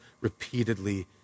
repeatedly